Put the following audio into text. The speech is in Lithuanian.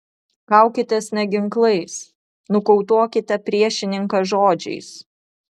kaukitės ne ginklais nokautuokite priešininką žodžiais